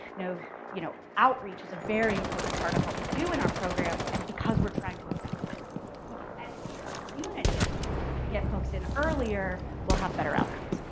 you know you know outreach is a very important part of what we do in our program and because we're trying to affect this. if we can educate our community to get folks in earlier will have better outcomes.